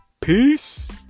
Peace